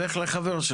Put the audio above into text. היושב-ראש,